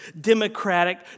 Democratic